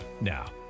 Now